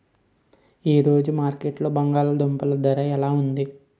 ఈ రోజు మార్కెట్లో బంగాళ దుంపలు ధర ఎలా ఉంది?